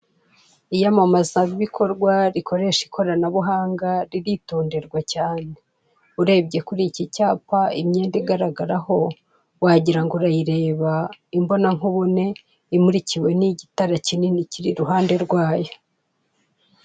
Iyamamaza bikorwa rikoresha ikorana buhanga riritonderwa cyane urebye kuri iki cyapa imyenda igaragara ho wagirango urayireba imbona nkubone imurikiwe n'igitara kinini kiri i ruhande rwayo.